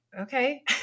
okay